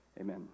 Amen